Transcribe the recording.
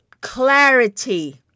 clarity